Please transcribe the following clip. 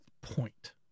point